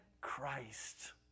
Christ